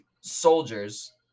soldiers